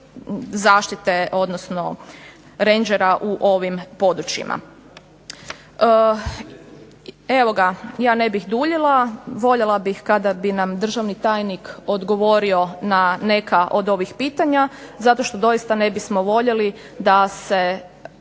zaštite odnosno rendžera u ovim područjima. Evo ga, ja ne bih duljila. Voljela bih kada bi nam državni tajnik odgovorio na neka od ovih pitanja zato što doista ne bismo voljeli da se